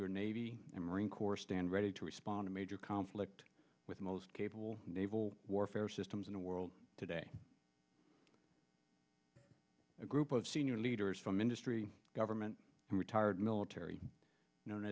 your navy and marine corps stand ready to respond a major conflict with the most capable naval warfare systems in the world today a group of senior leaders from industry government and retired military known